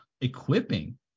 equipping